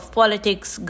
politics